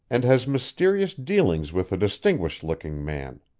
and has mysterious dealings with a distinguished-looking man.